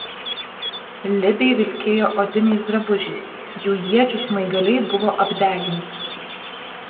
libiai vilkėjo odiniais drabužiais jų iečių smaigaliai buvo apdeginti